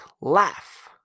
laugh